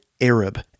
Arab